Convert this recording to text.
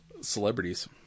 celebrities